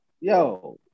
Yo